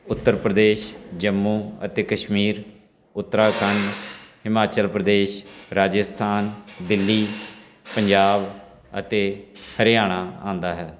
ਉੱਤਰ ਪ੍ਰਦੇਸ਼ ਜੰਮੂ ਅਤੇ ਕਸ਼ਮੀਰ ਉੱਤਰਾਖੰਡ ਹਿਮਾਚਲ ਪ੍ਰਦੇਸ਼ ਰਾਜਸਥਾਨ ਦਿੱਲੀ ਪੰਜਾਬ ਅਤੇ ਹਰਿਆਣਾ ਆਉਂਦਾ ਹੈ